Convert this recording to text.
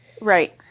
Right